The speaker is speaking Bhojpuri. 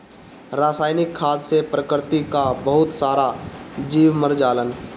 रासायनिक खाद से प्रकृति कअ बहुत सारा जीव मर जालन